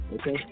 Okay